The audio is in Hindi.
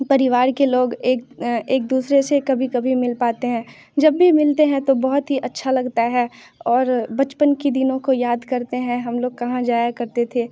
परिवार के लोग एक एक दूसरे से कभी कभी मिल पाते हैं जब भी मिलते हैं तो बहुत ही अच्छा लगता है और बचपन के दिनों को याद करते हैं हम लोग कहाँ जाया करते थे